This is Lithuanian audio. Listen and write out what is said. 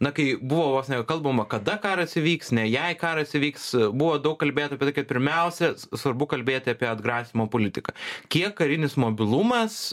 na kai buvo vos ne kalbama kada karas įvyks ne jei karas vyks buvo daug kalbėta apie tai kad pirmiausia svarbu kalbėti apie atgrasymo politiką kiek karinis mobilumas